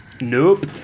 Nope